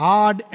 Hard